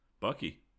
Bucky